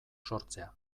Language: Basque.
sortzea